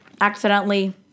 accidentally